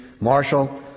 Marshall